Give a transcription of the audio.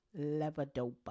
levodopa